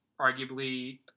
arguably